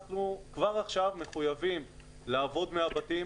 אנחנו כבר עכשיו מחויבים לעבוד מהבתים,